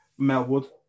Melwood